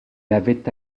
l’avait